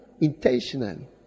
intentionally